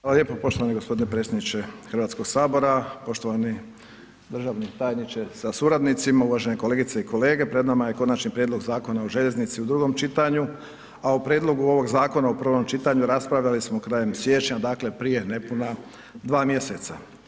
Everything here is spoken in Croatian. Hvala lijepo poštovani gospodine predsjedniče Hrvatskog sabora, poštovani državni tajniče sa suradnicima, uvažene kolegice i kolege pred nama je Konačni prijedlog Zakona o željeznici u drugom čitanju, a u prijedlogu ovog zakona u prvom čitanju raspravljali smo krajem siječnja, dakle prije nepuna dva mjeseca.